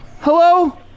Hello